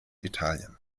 italien